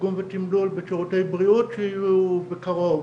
תרגום ותימלול בשירותי בריאות שיהיו בקרוב,